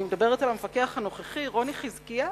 ואני מדברת על המפקח הנוכחי רוני חזקיהו,